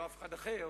לא אף אחד אחר,